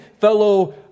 fellow